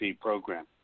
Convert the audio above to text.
program